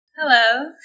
Hello